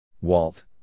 Walt